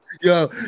Yo